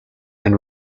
and